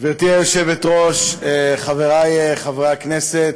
גברתי היושבת-ראש, חברי חברי הכנסת,